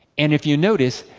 and if you notice,